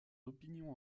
opinions